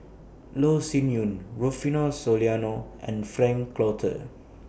Loh Sin Yun Rufino Soliano and Frank Cloutier